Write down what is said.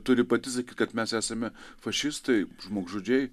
turi pati sakyt kad mes esame fašistai žmogžudžiai